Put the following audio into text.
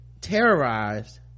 terrorized